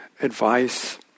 advice